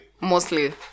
mostly